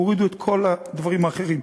הורידו את כל הדברים האחרים.